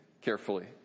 carefully